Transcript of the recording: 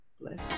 Bless